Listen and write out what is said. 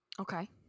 Okay